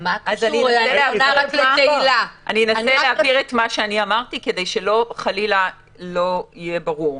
אני אנסה להבהיר את מה שאמרתי כדי שחלילה לא יהיה לא ברור.